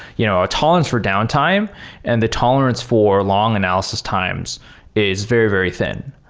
you know ah tolerance for downtime and the tolerance for long analysis times is very, very thin.